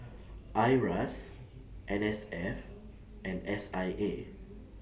IRAS N S F and S I A